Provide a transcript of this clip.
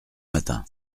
matin